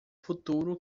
futuro